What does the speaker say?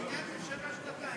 זה עניין של שנה-שנתיים.